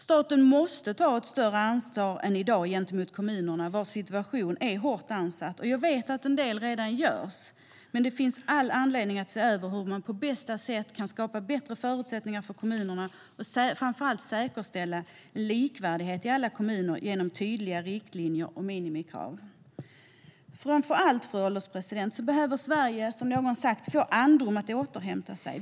Staten måste ta ett större ansvar än i dag gentemot kommunerna, vilkas situation är hårt ansatt. Jag vet att en del redan görs, men det finns all anledning att se över hur man på bästa sätt kan skapa bättre förutsättningar för kommunerna och framför allt säkerställa likvärdighet i alla kommuner genom tydliga riktlinjer och minimikrav. Fru ålderspresident! Framför allt behöver Sverige, som någon har sagt, få andrum att återhämta sig.